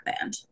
band